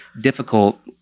difficult